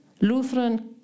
Lutheran